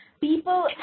people